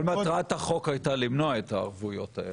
כל מטרת החוק הייתה כדי למנוע את הערבויות האלה.